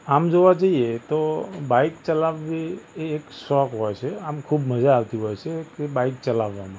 આમ જોવા જઈએ તો બાઇક ચલાવવી એ એક શોખ હોય છે આમ ખૂબ મજા આવતી હોય છે કે બાઇક ચલાવવામાં